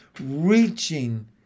reaching